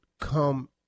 come